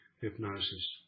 hypnosis